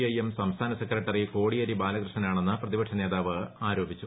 I M സംസ്ഥാന secretary Kodiyeri ബാലകൃഷ്ണനാണെന്ന് പ്രതിപക്ഷ നേതാവ് ആരോപിച്ചു